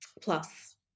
plus